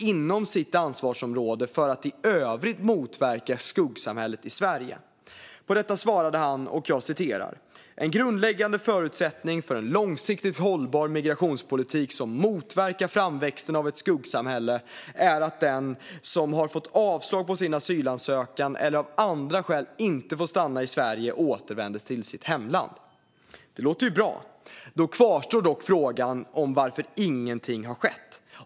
inom sitt ansvarsområde för att i övrigt motverka skuggsamhället i Sverige?" På detta svarade han: "En grundläggande förutsättning för en långsiktigt hållbar migrationspolitik som motverkar framväxten av ett skuggsamhälle är att den som har fått avslag på sin asylansökan eller av andra skäl inte får stanna i Sverige återvänder till sitt hemland." Det låter ju bra. Då kvarstår dock frågan om varför ingenting skett.